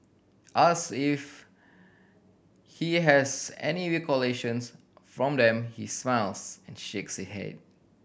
asked if he has any recollections from them he smiles and shakes his head